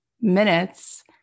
minutes